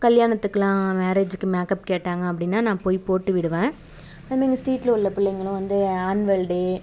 கல்யாணத்துக்கெலாம் மேரேஜுக்கு மேக்கப் கேட்டாங்க அப்படின்னா நான் போய் போட்டு விடுவேன் அதே மாரி இந்த ஸ்ட்ரீட்டில் உள்ள பிள்ளைங்களும் வந்து ஆன்வல் டே